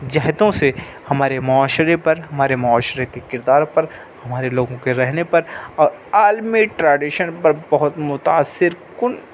جہتوں سے ہمارے معاشرے پر ہمارے معاشرے کے کردار پر ہمارے لوگوں کے رہنے پر اور عالمی ٹراڈیشن پر بہت متأثر کن